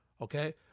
okay